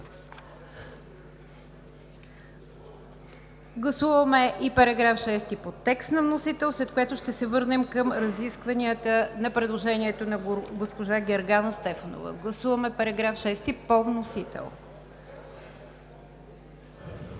Гласуваме и § 6 по текст на вносител, след което ще се върнем към разискванията на предложението на госпожа Гергана Стефанова. Гласуваме § 6 по вносител.